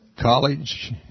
college